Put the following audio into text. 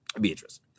Beatrice